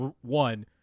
one